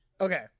okay